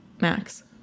Max